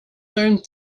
learned